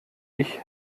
ich